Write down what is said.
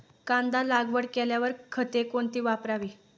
कांदा लागवड केल्यावर खते कोणती वापरावी?